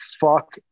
Fuck